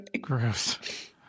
gross